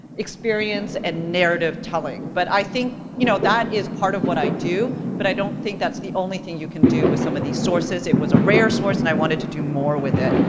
experience and narrative telling, but i think, you know, that is part of what i do, but i don't think that's the only thing you can do with some of these sources, it was a rare source, and i wanted to do more with it.